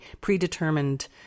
predetermined